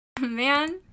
Man